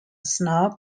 snouts